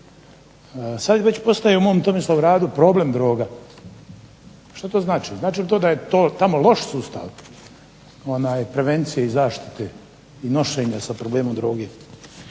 Sad već postaje u mom Tomislavgradu problem droga. Što to znači? Znači li to da je to tamo loš sustav prevencije i zaštite, i nošenja sa problemom droge?